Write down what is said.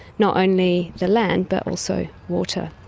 not only the land but also water.